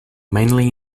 mainly